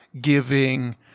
giving